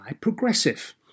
Progressive